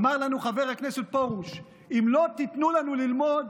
אמר לנו חבר הכנסת פרוש: אם לא תיתנו לנו ללמוד,